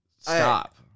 stop